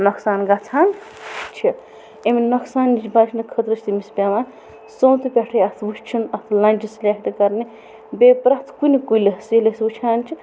نۄقصان گَژھان چھِ امہِ نۄقصان نِش بَچنہٕ خٲطرٕ چھِ تٔمِس پٮ۪وان سونٛتھٕ پٮ۪ٹھے اَتھ وٕچھُن اَتھ لنٛجہِ سِلیکٹہٕ کَرنہِ بیٚیہِ پرٛٮ۪تھ کُنہِ کُلِس ییٚلہِ أسۍ وٕچھان چھِ